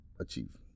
achieve